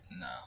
no